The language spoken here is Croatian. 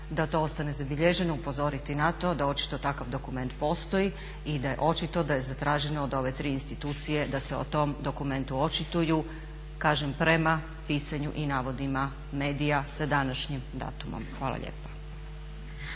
da to ostane zabilježeno, upozoriti na to da očito takav dokument postoji i da je očito da je zatraženo od ove tri institucije da se o tom dokumentu očituju kažem prema pisanju i navodima medija sa današnjim datumom. Hvala lijepa.